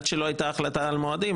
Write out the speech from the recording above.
עד שלא הייתה החלטה על מועדים,